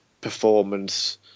performance